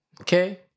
Okay